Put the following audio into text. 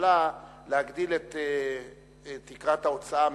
והממשלה להגדיל את תקרת ההוצאה מ-1.7%,